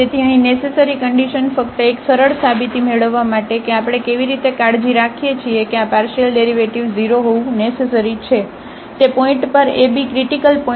તેથી અહીં necessary condition ફક્ત એક સરળ સાબિતી મેળવવા માટે કે આપણે કેવી રીતે કાળજી રાખીએ છીએ કે આ પાર્શિયલ ડેરિવેટિવ્ઝ 0 હોવું નેસેસરી છે તે પોઇન્ટ પર ab ક્રિટીકલ પોઇન્ટ છે